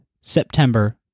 September